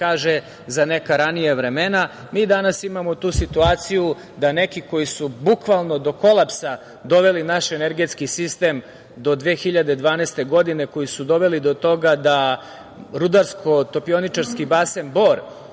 kaže za neka ranija vremena. Mi danas imamo tu situaciju da neki koji su bukvalno do kolapsa doveli naš energetski sistem do 2012. godine, koji su doveli do toga da Rudarsko-topioničarski basen Bor